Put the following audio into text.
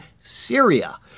Syria